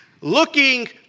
looking